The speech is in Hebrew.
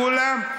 הוא סיכם עם כולם?